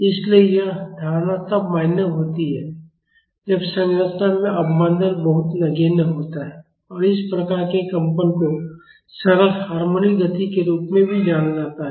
इसलिए यह धारणा तब मान्य होती है जब संरचना में अवमंदन बहुत नगण्य होता है और इस प्रकार के कंपन को सरल हार्मोनिक गति के रूप में भी जाना जाता है